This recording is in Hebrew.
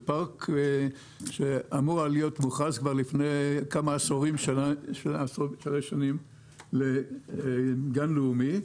שהוא פארק שאמור היה להיות מוכרז כבר לפני כמה עשורי שנים לגן לאומי.